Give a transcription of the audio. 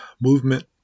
movement